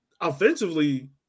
offensively